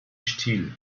stiel